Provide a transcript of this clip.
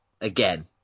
again